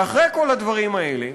ואחרי כל הדברים האלה,